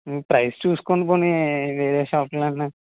trials చూసుకోండి పోనీ వేరే షాప్ కి అన్నా